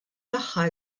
saħħa